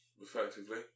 effectively